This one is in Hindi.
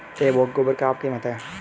एक बोगी गोबर की क्या कीमत है?